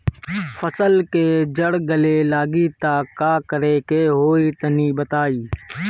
फसल के जड़ गले लागि त का करेके होई तनि बताई?